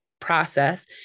process